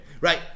right